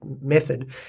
method